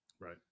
Right